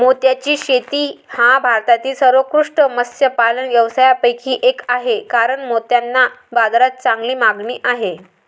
मोत्याची शेती हा भारतातील सर्वोत्कृष्ट मत्स्यपालन व्यवसायांपैकी एक आहे कारण मोत्यांना बाजारात चांगली मागणी आहे